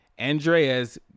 Andreas